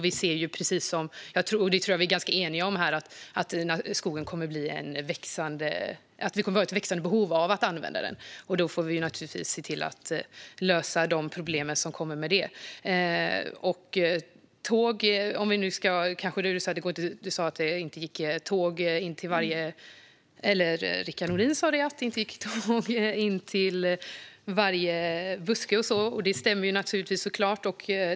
Jag tror att vi är ganska eniga här om att vi kommer att ha ett växande behov av att skogen ska användas, och då får vi naturligtvis se till att lösa problemen som kommer med detta. Rickard Nordin sa att det inte går tåg in till varje buske, och det stämmer såklart.